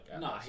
No